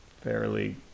fairly